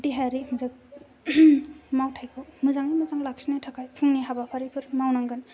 देहायारि मावथाइखौ मोजाङै मोजां लाखिनो थाखाय फुंनि हाबाफारिफोर मावनांगोन